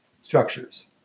structures